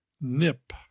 nip